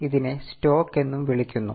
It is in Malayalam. ഇതിനെ സ്റ്റോക്ക് എന്നും വിളിക്കുന്നു